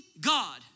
God